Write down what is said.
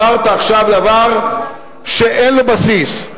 אמרת עכשיו דבר שאין לו בסיס.